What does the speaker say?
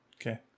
Okay